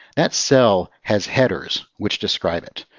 that cell has headers which describe it.